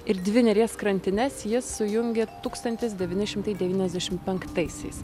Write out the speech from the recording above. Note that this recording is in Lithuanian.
ir dvi neries krantines jis sujungia tūkstantis devyni šimtai devyniasdešim penktaisiais